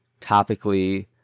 topically